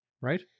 right